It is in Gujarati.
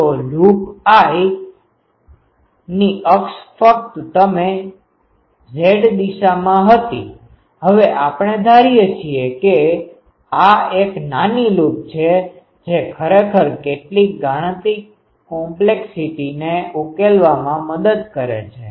તો લૂપ I ની અક્ષ ફક્ત તમે જ Z દિશામાં હતી હવે આપણે ધારીએ છીએ કે આ એક નાની લૂપ છે જે ખરેખર કેટલીક ગાણિતિક કોમ્પ્લેક્ષીટીcomplexity જટિલતા ને ઉકેલવામાં મદદ કરે છે